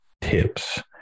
tips